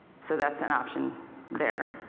so that's an option there.